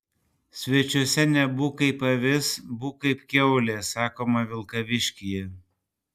svečiuose nebūk kaip avis būk kaip kiaulė sakoma vilkaviškyje